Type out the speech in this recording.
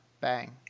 Bang